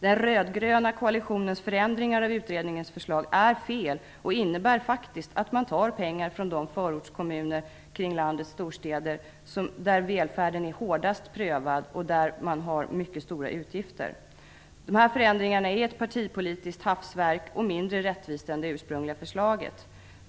Den rödgröna koalitionens förändringar av utredningens förslag är felaktiga och innebär faktiskt att man tar pengar från de förortskommuner kring landets storstäder där välfärden är hårdast prövad och där man har mycket stora utgifter. De här förändringarna utgör ett partipolitiskt hafsverk och är mindre rättvist än det ursprungliga förslaget.